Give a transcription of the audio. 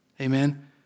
Amen